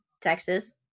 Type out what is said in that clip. Texas